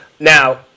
Now